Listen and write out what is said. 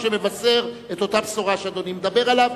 שמבשר את אותה בשורה שאדוני מדבר עליה,